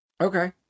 Okay